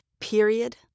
period